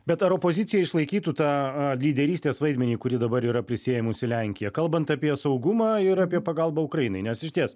bet ar opozicija išlaikytų tą lyderystės vaidmenį kurį dabar yra prisiėmusi lenkija kalbant apie saugumą ir apie pagalbą ukrainai nes išties